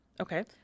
okay